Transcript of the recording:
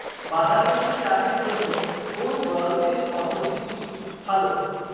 বাঁধাকপি চাষের জন্য কোন জলসেচ পদ্ধতিটি ভালো?